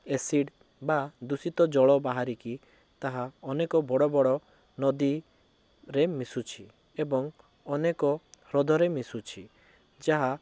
acid ବା ଦୂଷିତ ଜଳ ବାହାରିକି ତାହା ଅନେକ ବଡ଼ ବଡ଼ ନଦୀରେ ମିଶୁଛି ଏବଂ ଅନେକ ହ୍ରଦରେ ମିଶୁଛି ଯାହା